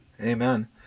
Amen